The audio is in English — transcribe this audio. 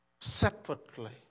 separately